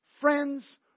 friends